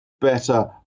better